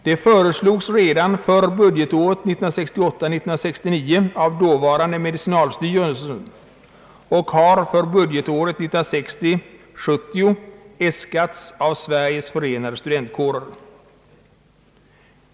De föreslogs redan för budgetåret 1968 70 äskats av Sveriges Förenade studentkårer.